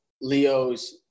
Leo's